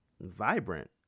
vibrant